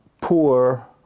poor